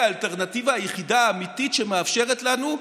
האלטרנטיבה האמיתית היחידה שמאפשרת לנו,